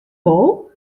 wol